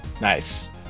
Nice